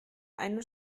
eine